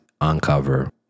uncover